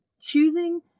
Choosing